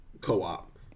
co-op